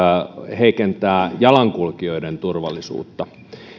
heikentää jalankulkijoiden turvallisuutta